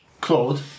Claude